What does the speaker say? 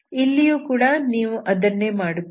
ಇಲ್ಲಿಯೂ ಕೂಡ ನೀವು ಅದನ್ನೇ ಮಾಡುತ್ತೀರಿ